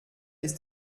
ist